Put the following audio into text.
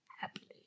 happily